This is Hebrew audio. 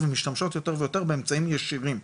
ומשתמשות יותר ויותר באמצעים ישירים.